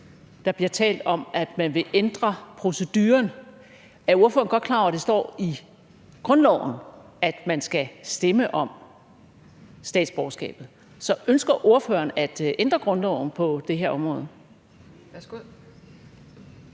der bliver talt om, at man vil ændre proceduren. Er ordføreren godt klar over, at det står i grundloven, at man skal stemme om statsborgerskabet? Så ønsker ordføreren at ændre grundloven på det her område?